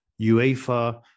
UEFA